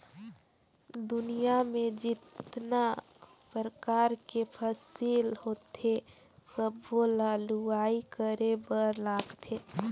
दुनियां में जेतना परकार के फसिल होथे सबो ल लूवाई करे बर लागथे